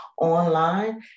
online